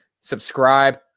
subscribe